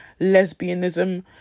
lesbianism